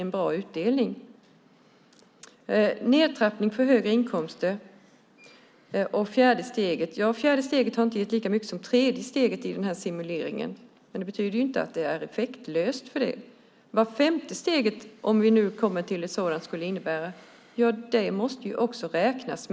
När det gäller en nedtrappning vid högre inkomster och det fjärde steget vill jag säga följande. Det fjärde steget har inte gett lika mycket som det tredje steget vid denna simulering. Men det betyder inte att det är effektlöst. Vad det femte steget skulle innebära, om ett sådant införs, måste man räkna på.